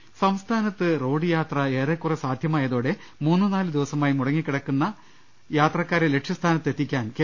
ള്ളുകള സംസ്ഥാനത്ത് റോഡ് യാത്ര ഏറെക്കുറെ സാധ്യമായതോടെ മൂന്നു നാല് ദിവസമായി കുടുങ്ങിക്കിടക്കുന്ന യാത്രക്കാരെ ലക്ഷ്യസ്ഥാനത്ത് എത്തി ക്കാൻ കെ